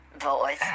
voice